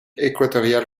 équatoriale